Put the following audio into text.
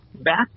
back